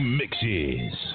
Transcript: mixes